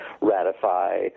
ratify